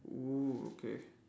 oo okay